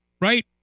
right